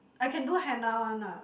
I can do henna one lah